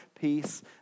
peace